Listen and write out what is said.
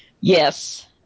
Yes